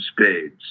spades